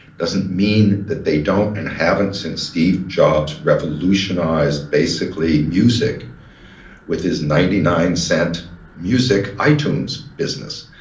doesn't mean that they don't and haven't, since steve jobs, revolutionized basically music with his ninety nine cent music itunes business.